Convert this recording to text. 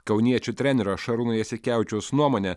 kauniečių trenerio šarūno jasikevičiaus nuomone